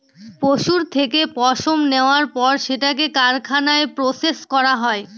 পশুর থেকে পশম নেওয়ার পর সেটাকে কারখানায় প্রসেস করা হয়